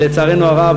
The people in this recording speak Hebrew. לצערנו הרב,